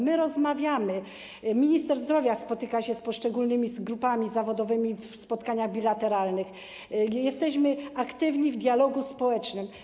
My rozmawiamy - minister zdrowia spotyka się z poszczególnymi grupami zawodowymi na spotkaniach bilateralnych, jesteśmy aktywni, jeśli chodzi o dialog społeczny.